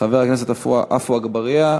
חבר הכנסת עפו אגבאריה,